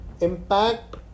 impact